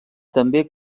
també